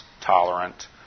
tolerant